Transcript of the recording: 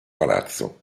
palazzo